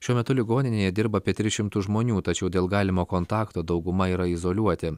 šiuo metu ligoninėje dirba apie tris šimtus žmonių tačiau dėl galimo kontakto dauguma yra izoliuoti